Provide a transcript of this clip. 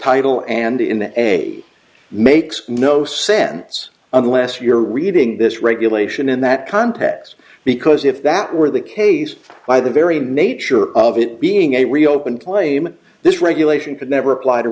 title and in a makes no sense unless you're reading this regulation in that context because if that were the case by the very nature of it being a reopened claim this regulation could never appl